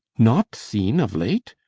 not seen of late?